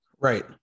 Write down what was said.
right